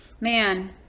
Man